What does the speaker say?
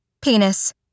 Penis